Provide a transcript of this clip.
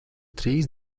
trīs